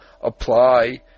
apply